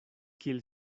kiel